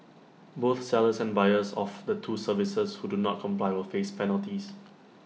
both sellers and buyers of the two services who do not comply will face penalties